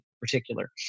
particular